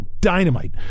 dynamite